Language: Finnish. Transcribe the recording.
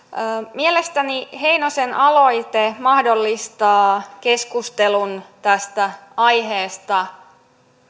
mielestäni heinosen aloite mahdollistaa keskustelun tästä aiheesta